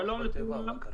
בבקשה.